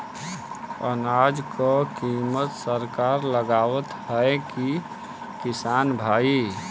अनाज क कीमत सरकार लगावत हैं कि किसान भाई?